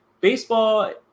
baseball